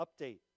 update